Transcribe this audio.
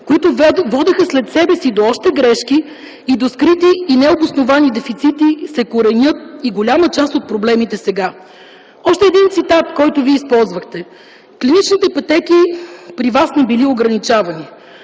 които водеха след себе си до още грешки и до скрити и необосновани дефицити, се коренят и голяма част от проблемите сега. Още един цитат, който Вие използвахте - клиничните пътеки при вас не били ограничавани.